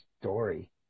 story